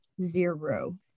Zero